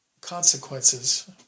Consequences